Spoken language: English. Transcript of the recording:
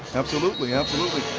absolutely. absolutely.